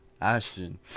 ashton